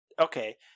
okay